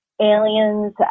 Aliens